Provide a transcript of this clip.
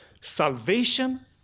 salvation